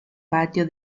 patio